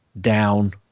down